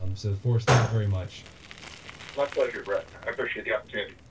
um so, forrest, thank you very much my pleasure, brett. and i appreciate the opportunity